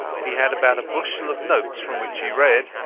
he had about a bushel of notes from which he read,